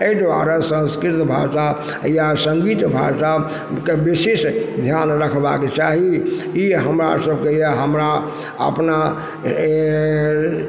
अइ दुआरे संस्कृत भाषा या सङ्गीत भाषाके विशेष ध्यान रखबाके चाही ई हमरा सबके यऽ हमरा अपना